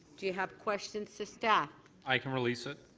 do you have questions to staff? i can release it.